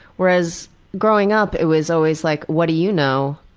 was growing up it was always like, what do you know?